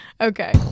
Okay